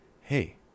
hey